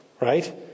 right